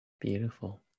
Beautiful